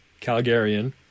Calgarian